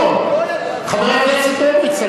חבר הכנסת הורוביץ, קראתם קריאת ביניים.